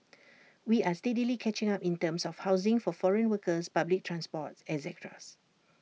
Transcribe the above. we are steadily catching up in terms of housing for foreign workers public transport etc